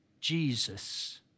Jesus